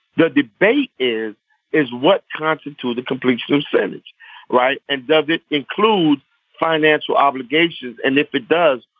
the debate is is what constitutes a complete soup sandwich right and does it include financial obligations. and if it does.